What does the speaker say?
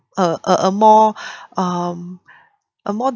a a a more um a more